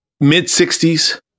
mid-60s